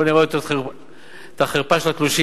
כדי שלא לראות את החרפה של התלושים,